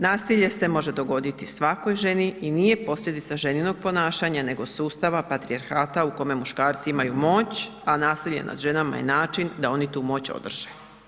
Nasilje se može dogoditi svakoj ženi i nije posljedica ženinog ponašanja nego sustava patrijarhata u kome muškarci imaju moć, a nasilje nad ženama je način da oni tu moć održe.